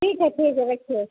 ठीक है ठीक है रखिए